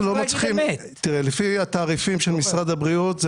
לפי התעריפים של משרד הבריאות,